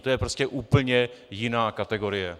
To je prostě úplně jiná kategorie.